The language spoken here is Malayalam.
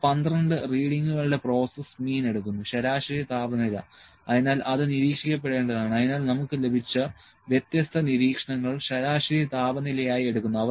ആ 12 റീഡിങ്ങുകളുടെ പ്രോസസ്സ് മീൻ എടുക്കുന്നു ശരാശരി താപനില അതിനാൽ അത് നിരീക്ഷിക്കപ്പെടേണ്ടതാണ് അതിനാൽ നമുക്ക് ലഭിച്ച വ്യത്യസ്ത നിരീക്ഷണങ്ങൾ ശരാശരി താപനില ആയി എടുക്കുന്നു